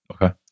Okay